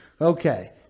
Okay